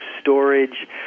storage